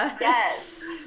yes